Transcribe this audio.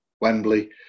Wembley